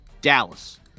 Dallas